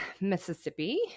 Mississippi